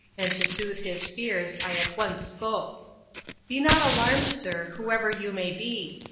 and to soothe his fears, i at once spoke be not alarmed, sir, whoever you may be.